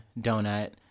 donut